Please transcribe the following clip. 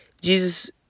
Jesus